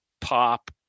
pop